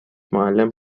معلم